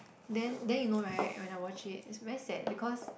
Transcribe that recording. then then you know right when I watch it is very sad because